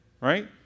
right